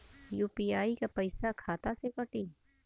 UPI क पैसा खाता से कटी?